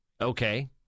Okay